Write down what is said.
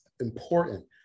important